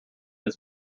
his